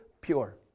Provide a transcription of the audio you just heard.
pure